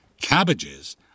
cabbages